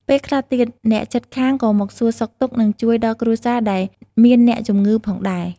ពេលខ្លះទៀត អ្នកជិតខាងក៏មកសួរសុខទុក្ខ និងជួយដល់គ្រួសារដែលមានអ្នកជម្ងឺផងដែរ។